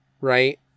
right